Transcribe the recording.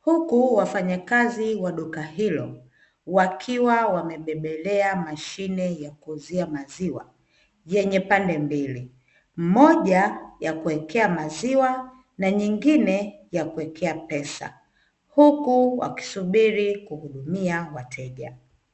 huku wafanyakazi wa duka hilo wakiwa wamebebelea mashine ya kuuzia maziwa yenye pande mbili: moja ya kuwekea maziwa na nyingine ya kuwekea pesa, huku wakisubiri kuhudumia wateja.